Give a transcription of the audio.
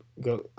Go